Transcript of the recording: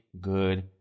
good